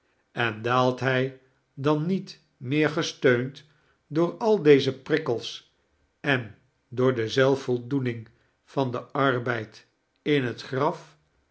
en daalt hij dan niet meer gesteuind door al deze prikkels en door de zelfvoldoening van den arbeid in het graf